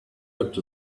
looked